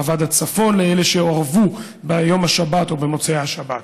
אבד הצפון לאלה שארבו ביום השבת ובמוצאי השבת